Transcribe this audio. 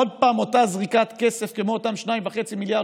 עוד פעם אותה זריקת כסף כמו אותם 2.5 מיליארד